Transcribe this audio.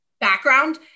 background